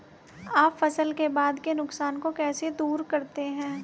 आप फसल के बाद के नुकसान को कैसे दूर करते हैं?